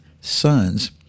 sons